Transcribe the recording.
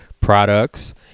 Products